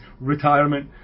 retirement